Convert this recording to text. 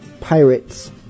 Pirates